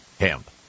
Hemp